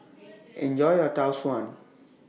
Enjoy your Tau Suan